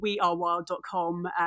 wearewild.com